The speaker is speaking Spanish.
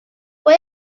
fue